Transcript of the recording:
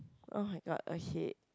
oh-my-god okay